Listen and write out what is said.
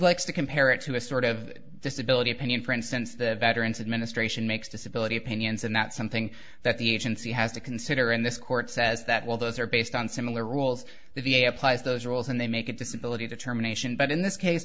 likes to compare it to a sort of disability opinion for instance the veterans administration makes disability opinions and that's something that the agency has to consider in this court says that well those are based on similar rules the v a applies those rules and they make a disability determination but in this case